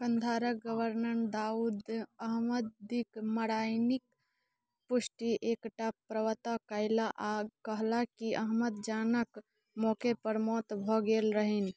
कन्धारके governor Daud अहमदीके मराइनिके पुष्टि एकटा प्रवक्ता कएला आओर कहला कि अहमद जानके मौकेपर मौत भऽ गेल रहनि